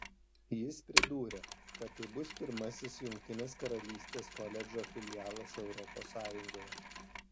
jis pridūrė kad tai bus pirmasis jungtinės karalystės koledžo filialas europos sąjungoje